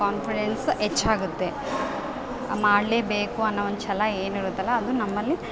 confidence ಹೆಚ್ಚಾಗತ್ತೆ ಮಾಡಲೇಬೇಕು ಅನ್ನೋ ಒಂದು ಛಲ ಏನಿರುತ್ತಲ್ಲ ಅದು ನಮ್ಮಲ್ಲಿ